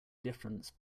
difference